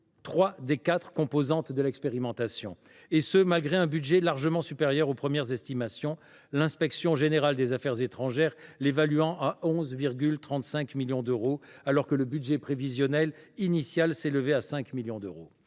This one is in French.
trois des quatre composantes de l’expérimentation, ce malgré un budget largement supérieur aux premières estimations – l’inspection générale des affaires étrangères (IGAE) l’évalue à 11,35 millions d’euros, alors que le budget prévisionnel initial s’élevait à 5 millions d’euros.